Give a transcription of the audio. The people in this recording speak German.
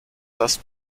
dass